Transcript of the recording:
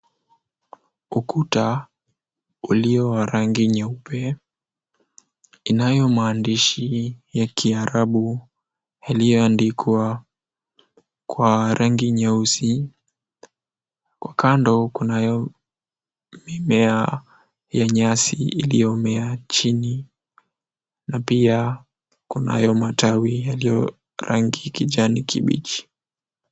Ukuta uliyo wa rangi nyeupe inayo mandishi ya kiarabu iliyoandikwa kwa rangi nyeusi kwa kando kuna mimea ya nyasi iliyomea chini na pia kuna matawi yaliyo rangi kijani kibichi